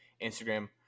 Instagram